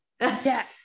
Yes